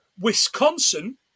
Wisconsin